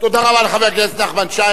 תודה רבה לחבר הכנסת נחמן שי.